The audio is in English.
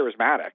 charismatic